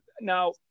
Now